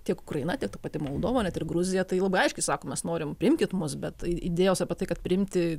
tiek ukraina pati moldova net ir gruzija tai labai aiškiai sako mes norim priimkit mus bet idėjos apie tai kad priimti